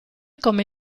come